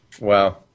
Wow